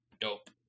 dope